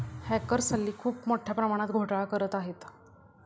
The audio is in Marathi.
हॅकर्स हल्ली खूप मोठ्या प्रमाणात घोटाळा करत आहेत